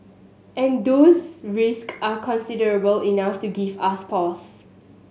and those risk are considerable enough to give us pause